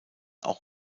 auch